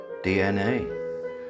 DNA